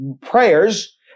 prayers